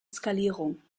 skalierung